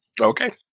Okay